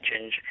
change